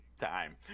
time